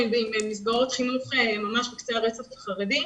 ועם מסגרות חינוך ממש בקצה הרצף החרדי.